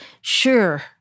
sure